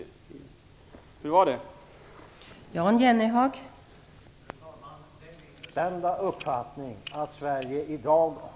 Hur var det?